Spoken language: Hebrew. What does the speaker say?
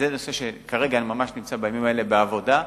זה נושא שכרגע, ממש בימים האלה, נמצא בעבודה.